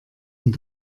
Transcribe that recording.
und